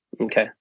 Okay